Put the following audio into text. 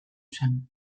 zen